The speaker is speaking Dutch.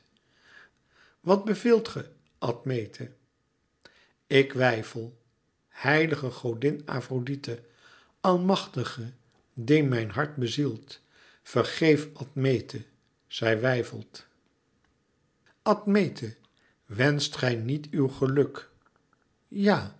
wàt beveelt ge admete ik weifel heilige godin afrodite almachtige die mijn hart bezielt vergeef admete zij weifelt admete wenscht gij niet uw geluk ja